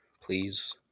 Please